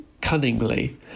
cunningly